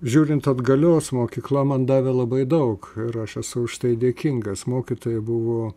žiūrint atgalios mokykla man davė labai daug ir aš esu už tai dėkingas mokytojai buvo